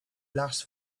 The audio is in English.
last